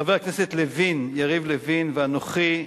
חבר הכנסת יריב לוין ואנוכי,